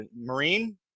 Marine